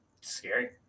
Scary